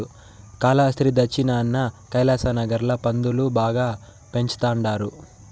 కాలాస్త్రి దచ్చినాన కైలాసనగర్ ల పందులు బాగా పెంచతండారు